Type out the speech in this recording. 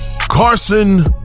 Carson